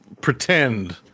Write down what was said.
pretend